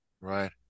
Right